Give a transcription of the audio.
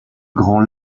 grand